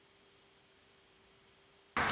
Hvala.